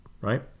Right